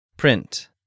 Print